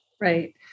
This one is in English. Right